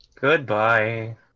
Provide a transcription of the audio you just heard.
Goodbye